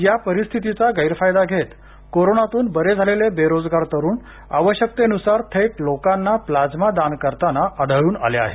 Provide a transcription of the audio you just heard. या परिस्थितीचा गैरफायदा घेत कोरोनातून बरे झालेले बेरोजगार तरुण आवश्यकतेनुसार थेट लोकांना प्लाझ्मा दान करताना आढळून आले आहेत